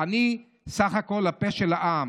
אני בסך הכול הפה של העם,